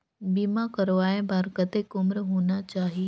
बीमा करवाय बार कतेक उम्र होना चाही?